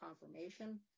confirmation